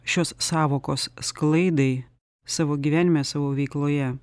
šios sąvokos sklaidai savo gyvenime savo veikloje